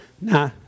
Nah